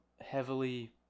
heavily